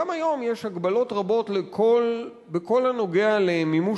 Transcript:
גם היום יש הגבלות רבות בכל הנוגע למימוש